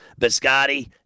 biscotti